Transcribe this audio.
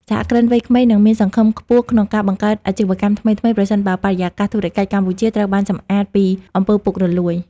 សហគ្រិនវ័យក្មេងនឹងមានសង្ឃឹមខ្ពស់ក្នុងការបង្កើតអាជីវកម្មថ្មីៗ ប្រសិនបើបរិយាកាសធុរកិច្ចកម្ពុជាត្រូវបានសម្អាតពី អំពើពុករលួយ។